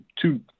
two